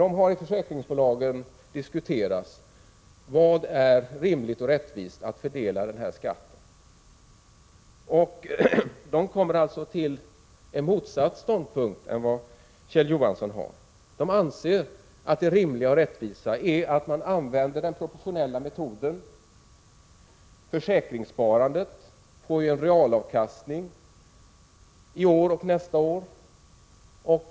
Dessa har i försäkringsbolagen diskuterat hur man på ett rimligt och rättvist sätt skall fördela den här skatten, och de har kommit fram till en ståndpunkt motsatt den som Kjell Johansson intar. De anser att det rimliga och rättvisa är att för detta år och nästa år använda den proportionella metoden vad gäller den reala avkastningen på försäkringssparandet.